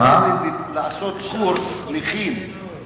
לעשות קורס מכין לקראת הבחינה.